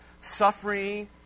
Suffering